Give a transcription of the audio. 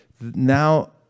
now